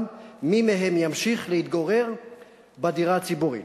מי מהם ימשיך להתגורר בדירה הציבורית.